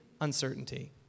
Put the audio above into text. uncertainty